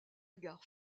gare